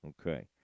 okay